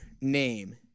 name